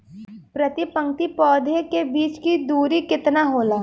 प्रति पंक्ति पौधे के बीच की दूरी केतना होला?